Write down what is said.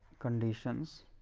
conditions